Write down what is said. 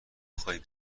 خوای